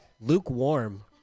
Lukewarm